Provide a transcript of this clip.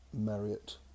Marriott